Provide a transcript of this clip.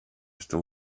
still